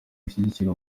ashyigikira